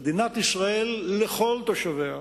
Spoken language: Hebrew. במדינת ישראל, לכל תושביה,